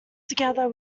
together